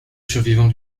survivant